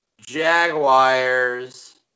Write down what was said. Jaguars